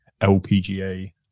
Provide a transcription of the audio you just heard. LPGA